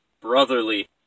brotherly